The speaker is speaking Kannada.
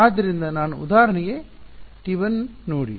ಆದ್ದರಿಂದ ನಾನು ಉದಾಹರಣೆಗೆT1 ನೋಡಿ